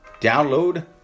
Download